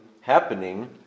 happening